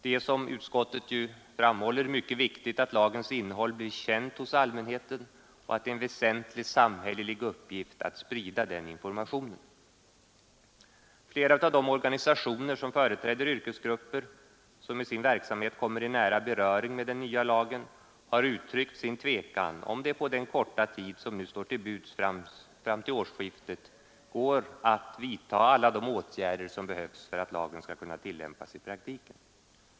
Det är som utskottet framhåller mycket viktigt att lagens innehåll blir känt hos allmänheten och att det är en väsentlig samhällelig uppgift att sprida den informationen. Flera av de organisationer som företräder yrkesgrupper som i sin verksamhet kommer i nära beröring med den nya lagen har uttryckt sin tvekan om det på den korta tid som nu står till buds fram till årsskiftet går att vidta alla de åtgärder som behövs för att lagen skall kunna tillämpas i praktiken.